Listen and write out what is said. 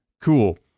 Cool